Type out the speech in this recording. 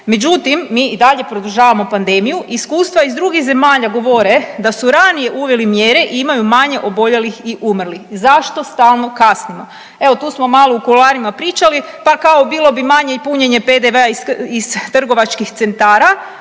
međutim mi i dalje produžavamo pandemiju. Iskustva iz drugih zemalja govore da su ranije uveli mjere i imaju manje oboljelih i umrlih. Zašto stalno kasnimo? Evo tu smo malo u kuloarima pričali pa kao bilo bi manje punjenje PDV-a iz trgovačkih centra,